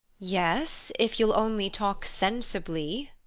yes, if you'll only talk sensibly